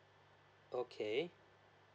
okay